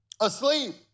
Asleep